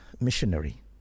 missionary